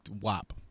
Wop